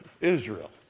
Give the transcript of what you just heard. Israel